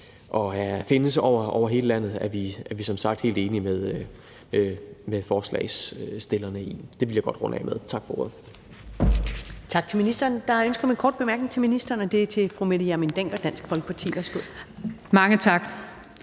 og findes over hele landet, er vi som sagt helt enige med forslagsstillerne i – det vil jeg godt runde af med. Tak for ordet.